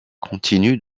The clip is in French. continue